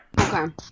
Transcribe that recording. Okay